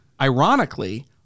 ironically